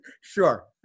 Sure